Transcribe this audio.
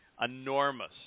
enormous